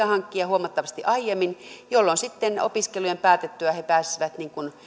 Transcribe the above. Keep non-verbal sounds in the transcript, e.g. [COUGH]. [UNINTELLIGIBLE] hankkia huomattavasti aiemmin jolloin sitten opiskelujen päätyttyä he pääsisivät